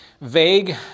vague